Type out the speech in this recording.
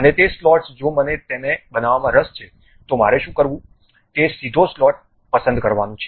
અને તે સ્લોટ્સ જો મને તેનો બનાવવામાં રસ છે તો મારે શું કરવું તે સીધો સ્લોટ પસંદ કરવાનું છે